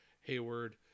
Hayward